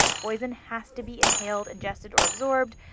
poison has to be inhaled, ingested, or absorbed.